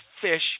fish